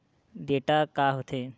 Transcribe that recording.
Data का होथे?